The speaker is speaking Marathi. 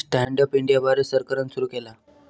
स्टँड अप इंडिया भारत सरकारान सुरू केला